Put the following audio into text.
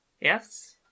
yes